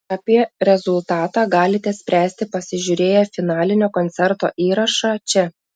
apie rezultatą galite spręsti pasižiūrėję finalinio koncerto įrašą čia